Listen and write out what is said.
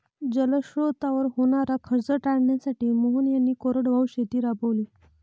जलस्रोतांवर होणारा खर्च टाळण्यासाठी मोहन यांनी कोरडवाहू शेती राबवली